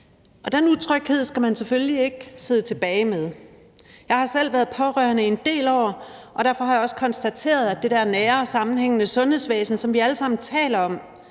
mig. Den utryghed skal man selvfølgelig ikke sidde tilbage med. Jeg har selv været pårørende i en del år, og derfor har jeg også konstateret, at det der nære og sammenhængende sundhedsvæsen, som vi alle sammen taler om,